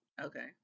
Okay